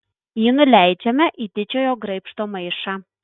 jį nuleidžiame į didžiojo graibšto maišą